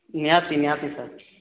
ନିହାତି ନିହାତି ସାର୍